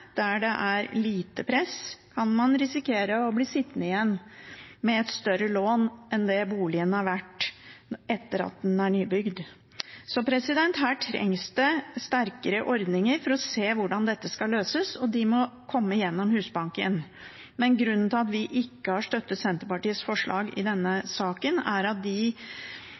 der det er lite press, kan man risikere å bli sittende igjen med et større lån enn det boligen er verdt etter at den er nybygd. Så her trengs det sterkere ordninger for å se hvordan dette skal løses, og de må komme gjennom Husbanken. Grunnen til at vi ikke støtter Senterpartiets forslag i denne saken, er at de